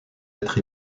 être